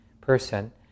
person